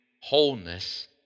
wholeness